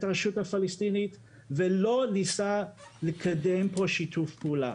הרשות הפלסטינית ולא ניסתה לקדם פה שיתוף פעולה.